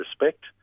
respect